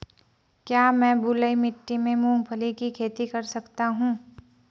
क्या मैं बलुई मिट्टी में मूंगफली की खेती कर सकता हूँ?